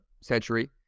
century